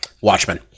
Watchmen